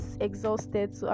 exhausted